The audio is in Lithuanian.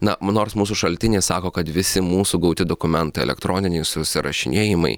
na mnors nors mūsų šaltiniai sako kad visi mūsų gauti dokumentai elektroniniai susirašinėjimai